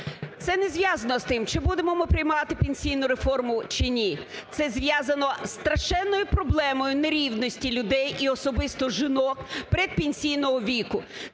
Це не зв'язано з тим, чи будемо ми приймати пенсійну реформу, чи ні, це зв'язано з страшенною проблемою нерівності людей і особисто жінок предпенсійного віку.